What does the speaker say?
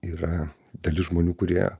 yra dalis žmonių kurie